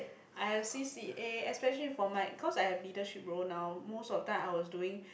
I C_C_A especially for my cause I have leadership role now most of the time I was doing